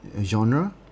genre